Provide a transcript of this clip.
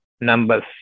numbers